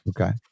okay